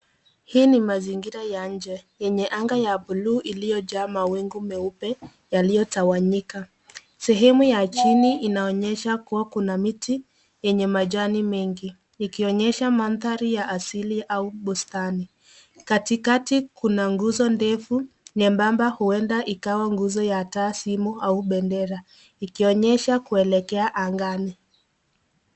Hii ni mazingira ya nje yenye anga la bluu iliyojaa mawingu meupe yaliyotawanyika. Sehemu ya chini inaonyesha kua kuna mti yenye majani mengi. Likionyesha maandhari ya asili au bustani. Katikati kuna nguzo ndefu nyembamba huenda ikawa nguzo ya taa, simu au bendera. Ikionyesha kuelekea angani.